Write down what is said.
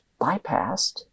bypassed